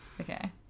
Okay